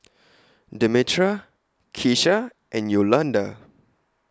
Demetra Kesha and Yolanda